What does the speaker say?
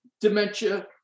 dementia